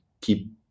keep